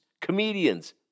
comedians